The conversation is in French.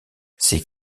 ces